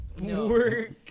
Work